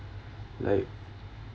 like